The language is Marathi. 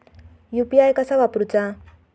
यू.पी.आय कसा वापरूचा?